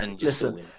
listen